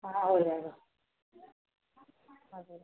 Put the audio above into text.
ہاں ہو جائے گا